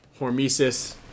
Hormesis